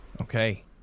Okay